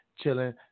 chilling